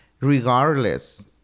regardless